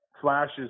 flashes